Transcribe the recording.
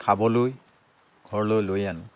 খাবলৈ ঘৰলৈ লৈ আনো